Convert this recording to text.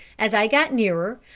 as i got nearer,